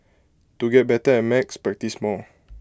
to get better at maths practise more